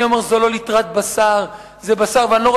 אני אומר,